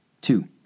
Two